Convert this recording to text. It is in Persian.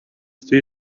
توی